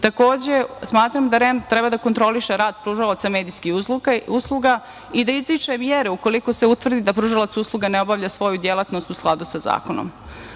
dužnost. Takođe, smatram da REM treba da kontroliše rad pružaoca medijskih usluga i da izriče mere ukoliko se utvrdi da pružalac usluga ne obavlja svoju delatnost u skladu sa zakonom.